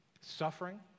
Suffering